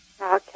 Okay